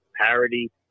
parody